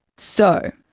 so,